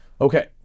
Okay